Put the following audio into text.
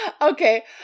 okay